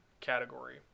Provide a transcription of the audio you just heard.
category